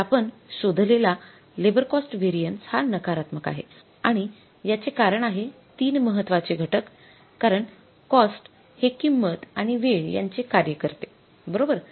तर आपण शोधलेला लेबर कॉस्ट व्हेरिएन्स हा नकारात्मक आहे आणि याचे कारण आहे ३ महत्वाचे घटक कारण कॉस्ट हे किंमत आणि वेळ याचे कार्य करते बरोबर